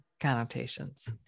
connotations